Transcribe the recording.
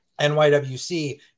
NYWC